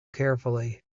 carefully